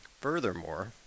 Furthermore